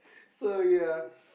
so ya